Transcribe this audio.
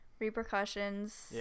repercussions